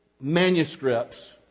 manuscripts